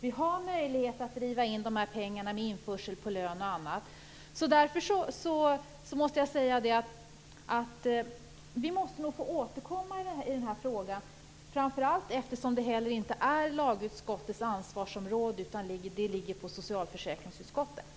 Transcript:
Det finns möjlighet att driva in pengarna genom införsel på lön och annat. Vi måste nog återkomma i den här frågan, framför allt då den inte hör till lagutskottets ansvarsområde utan till socialförsäkringsutskottets.